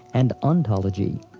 and ontology.